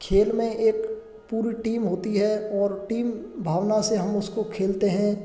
खेल में एक पूरी टीम होती है और टीम भावना से हम उसको खेलते हैं